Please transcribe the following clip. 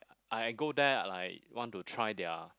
I go there I like want to try their